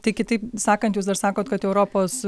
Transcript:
tai kitaip sakant jūs dar sakot kad europos